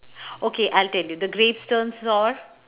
okay I'll tell you the grapes turn sour